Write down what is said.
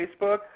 Facebook